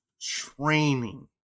training